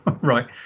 Right